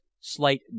slight